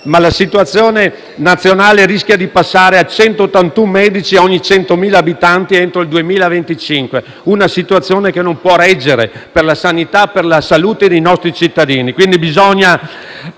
Ma la situazione nazionale rischia di passare a 181 medici ogni 100.000 abitanti entro il 2025: una situazione che non può reggere per la sanità e per la salute dei nostri cittadini.